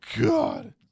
God